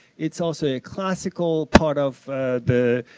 it's also a classical part of the